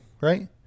right